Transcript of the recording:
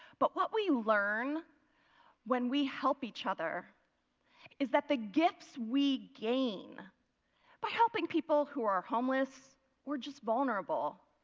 but what we learn when we help each other is that the gifts we gain by helping people who are homeless or just vulnerable,